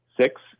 six